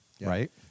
Right